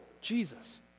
Jesus